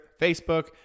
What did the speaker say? Facebook